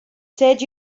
said